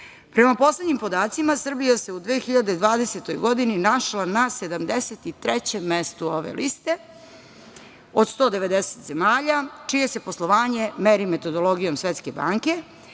poslednjim podacima, Srbija se u 2020. godini našla na 73. mestu ove liste od 190 zemalja, čije se poslovanje meri metodologijom Svetske banke,